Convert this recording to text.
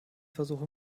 versuche